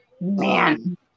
Man